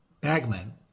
bagman